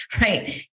right